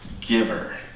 giver